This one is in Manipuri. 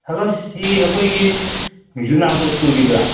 ꯍꯂꯣ ꯁꯤ ꯑꯩꯈꯣꯏꯒꯤ ꯌꯨꯅꯥꯀꯣ ꯁ꯭ꯀꯨꯜꯒꯤꯗꯨꯔꯥ